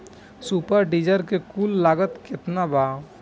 Super seeder के कुल लागत केतना बा?